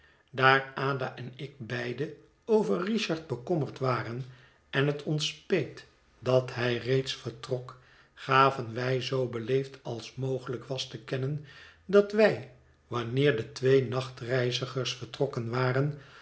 daar ada en ik beide over richard bekommerd waren en het ons speet dat hij reeds vertrok gaven wij zoo beleefd als mogelijk was te kennen dat wij wanneer de twee nachtreizigers vertrokken waren